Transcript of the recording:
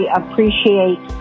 appreciate